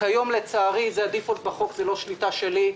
היום לצערי זה הדיפולט בחוק, זה לא שליטה שלי.